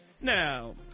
Now